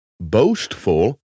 boastful